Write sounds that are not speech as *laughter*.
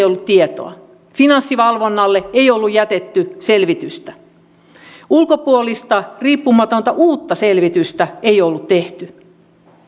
*unintelligible* ollut tietoa finanssivalvonnalle ei ollut jätetty selvitystä ulkopuolista riippumatonta uutta selvitystä ei ollut tehty